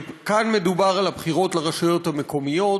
כאן מדובר על הבחירות לרשויות המקומיות.